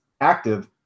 active